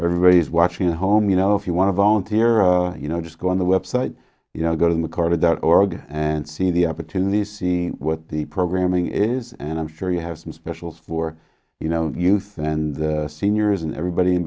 everybody's watching at home you know if you want to volunteer or you know just go on the web site you know go to the court of dot org and see the opportunities see what the programming is and i'm sure you have some specials for you know youth and seniors and everybody in